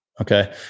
Okay